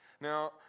Now